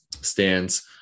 stands